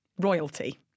Royalty